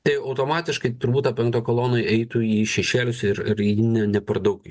tai automatiškai turbūt ta penkta kolona eitų į šešėlius ir ir ji ne per daug